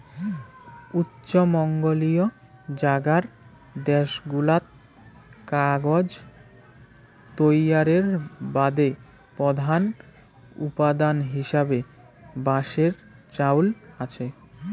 উষ্ণমণ্ডলীয় জাগার দ্যাশগুলাত কাগজ তৈয়ারের বাদে প্রধান উপাদান হিসাবে বাঁশের চইল আচে